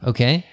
Okay